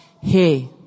hey